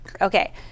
Okay